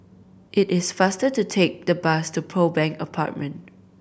it is faster to take the bus to Pearl Bank Apartment